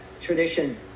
tradition